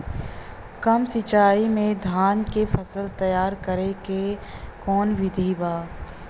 कम सिचाई में धान के फसल तैयार करे क कवन बिधि बा?